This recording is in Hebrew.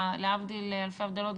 להבדיל אלפי הבדלות,